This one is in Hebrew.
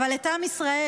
את עם ישראל,